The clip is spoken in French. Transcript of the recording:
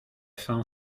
fin